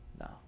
No